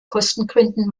kostengründen